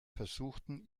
versuchten